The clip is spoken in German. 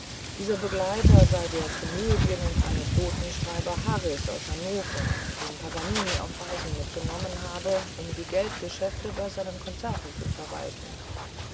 dieser begleiter sei der komödien und anekdotenschreiber harrys aus hannover den paganini auf reisen mitgenommen habe um die geldgeschäfte bei seinen konzerten zu verwalten